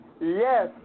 Yes